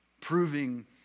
proving